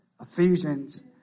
Ephesians